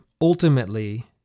ultimately